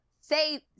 say